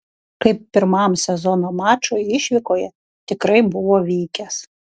kaip pirmam sezono mačui išvykoje tikrai buvo vykęs